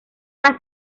las